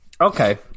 Okay